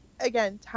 Again